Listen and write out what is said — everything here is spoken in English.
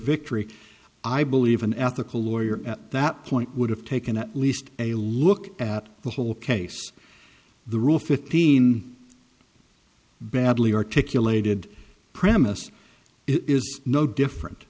victory i believe an ethical lawyer at that point would have taken at least a look at the whole case the rule fifteen badly articulated premise is no different